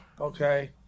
okay